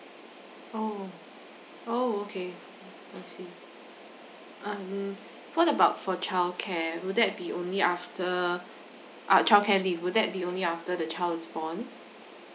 oh oh okay I see um what about for childcare would that be only after uh child care leave would that be only after the child is born